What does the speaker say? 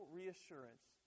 reassurance